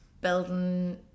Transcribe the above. building